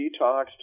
detoxed